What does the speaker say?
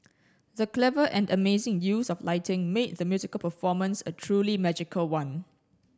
the clever and amazing use of lighting made the musical performance a truly magical one